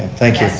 thank you.